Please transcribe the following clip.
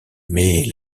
mais